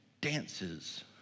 dances